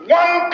one